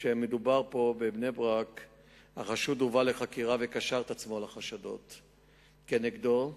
הובא לחקירה וקשר את עצמו לחשדות נגדו,